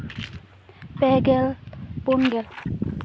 ᱯᱮᱜᱮ ᱯᱩᱱᱜᱮᱞ